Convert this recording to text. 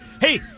Hey